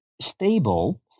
stable